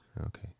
Okay